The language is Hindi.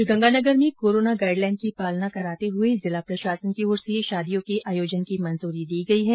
श्री गंगानगर में कोरोना गाइडलाइन की पालना कराते हुए जिला प्रशासन की ओर से शादियों के आयोजन की मंजूरी दी गई है